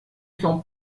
son